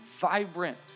vibrant